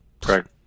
correct